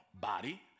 body